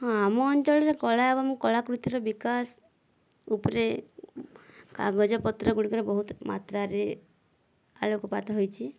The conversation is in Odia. ହଁ ଆମ ଅଞ୍ଚଳରେ କଳା ଏବଂ କଳାକୃତିର ବିକାଶ ଉପରେ କାଗଜପତ୍ର ଗୁଡ଼ିକରେ ବହୁତ ମାତ୍ରାରେ ଆଲୋକପାତ ହୋଇଛି